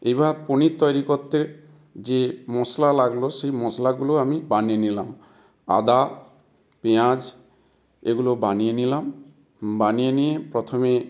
এবার পনির তৈরি করতে যে মশলা লাগল সেই মশলাগুলো আমি বানিয়ে নিলাম আদা পেঁয়াজ এগুলো বানিয়ে নিলাম বানিয়ে নিয়ে প্রথমে